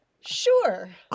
Sure